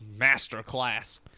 Masterclass